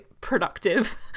productive